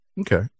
Okay